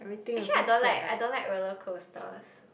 actually I don't like I don't like roller coasters